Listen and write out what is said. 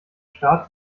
staat